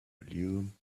volume